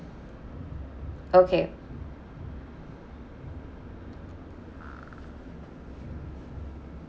okay